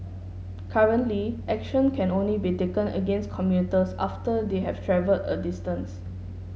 currently action can only be taken against commuters after they have travelled a distance